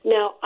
Now